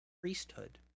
priesthood